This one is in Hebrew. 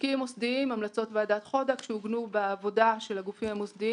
משקיעים מוסדיים - המלצות ועדת חודק שעוגנו בעבודה של הגופים המוסדיים